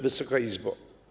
Wysoka Izbo!